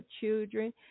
children